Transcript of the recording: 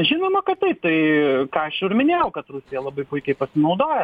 žinoma kad taip tai ką aš ir minėjau kad rusija labai puikiai pasinaudoja